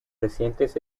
recientes